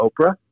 Oprah